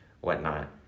whatnot